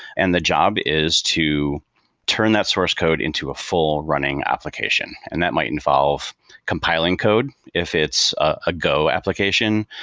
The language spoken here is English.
and the job is to turn that source code into a full running application and that might involve compiling code, if it's a go application.